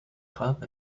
club